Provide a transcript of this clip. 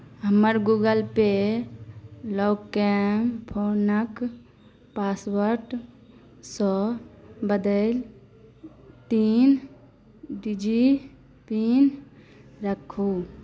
हमर गूगलपे लॉककेँ फोनक पासवर्डसँ बदलि तीन डिजिट पिन राखू